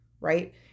right